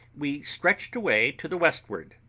we stretched away to the westward,